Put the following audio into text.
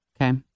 Okay